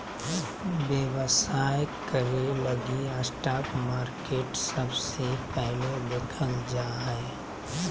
व्यवसाय करे लगी स्टाक मार्केट सबसे पहले देखल जा हय